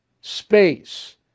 space